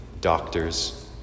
doctors